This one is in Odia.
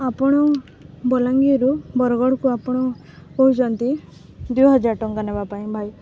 ଆପଣ ବଲାଙ୍ଗୀରରୁ ବରଗଡ଼କୁ ଆପଣ କହୁଚନ୍ତି ଦୁଇହଜାର ଟଙ୍କା ନେବା ପାଇଁ ଭାଇ